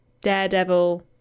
daredevil